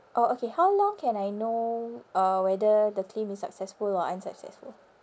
oh okay how long can I know uh whether the claim is successful or unsuccessful